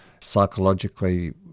psychologically